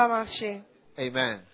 Amen